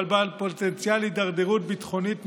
אבל בעל פוטנציאל הידרדרות ביטחונית מיידית,